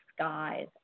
skies